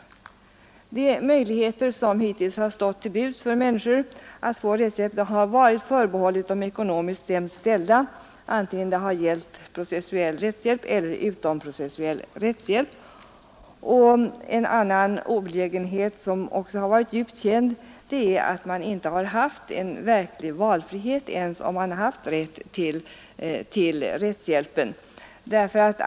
Möjligheten hittills att få rättshjälp har varit förbehållen de ekonomiskt sämst ställda vare sig det har gällt processuell rättshjälp eller utomprocessuell rättshjälp. En annan olägenhet som också har varit djupt kännbar är att man inte har haft en verklig valfrihet ens om man har haft denna rätt till rättshjälp.